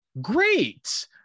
Great